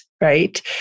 right